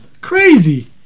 Crazy